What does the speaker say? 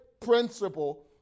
principle